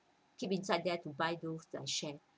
keep inside there to buy those like shares